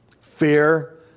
fear